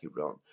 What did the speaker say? Iran